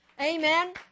Amen